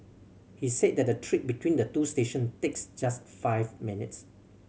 he said that the trip between the two stations takes just five minutes